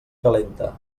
calenta